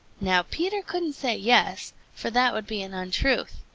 now peter couldn't say yes for that would be an untruth,